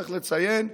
צריך לציין,